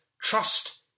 trust